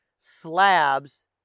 slabs